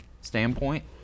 standpoint